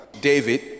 David